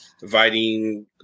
dividing